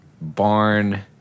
barn